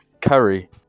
curry